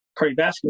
cardiovascular